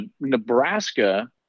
Nebraska